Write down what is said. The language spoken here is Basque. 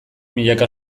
milaka